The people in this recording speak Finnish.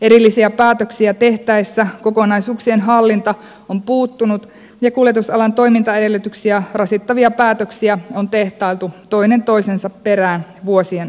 erillisiä päätöksiä tehtäessä kokonaisuuksien hallinta on puuttunut ja kuljetusalan toimintaedellytyksiä rasittavia päätöksiä on tehtailtu toinen toisensa perään vuosien aikana